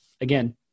again